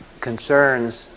concerns